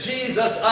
Jesus